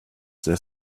their